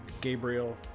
Gabriel